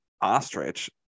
ostrich